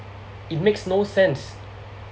it makes no sense